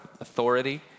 authority